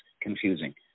confusing